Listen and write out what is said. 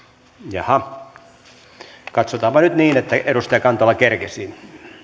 jaha katsotaanpa nyt niin että edustaja kantola kerkesi